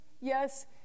Yes